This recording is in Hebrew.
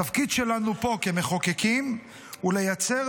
התפקיד שלנו פה כמחוקקים הוא לייצר